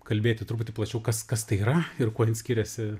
kalbėti truputį plačiau kas kas tai yra ir kuo jin skiriasi